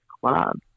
club